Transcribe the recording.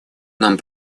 нам